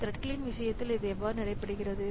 த்ரெட்களின் விஷயத்தில் இது எவ்வாறு நடைபெறுகிறது